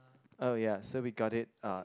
oh ya so we got it uh